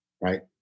right